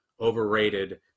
overrated